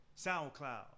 SoundCloud